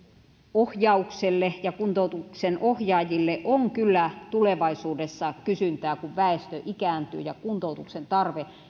ohjaukselle ja kuntoutuksen ohjaajille on kyllä tulevaisuudessa kysyntää kun väestö ikääntyy ja kuntoutuksen tarve